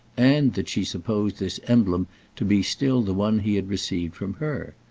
and that she supposed this emblem to be still the one he had received from her.